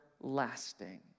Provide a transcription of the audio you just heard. lasting